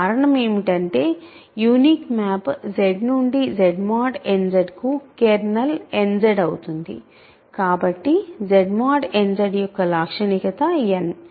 కారణం ఏమిటంటే unique map Z నుండి Z mod n Z కు కెర్నల్ n Z అవుతుంది కాబట్టి Z mod n Z యొక్క లాక్షణికత n